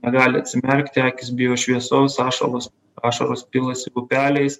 negali atsimerkti akys bijo šviesos ašaros ašaros pilasi upeliais